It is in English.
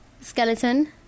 Skeleton